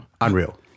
Unreal